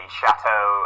chateau